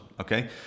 okay